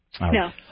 No